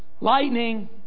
lightning